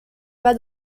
pas